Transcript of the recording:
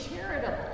charitable